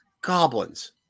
goblins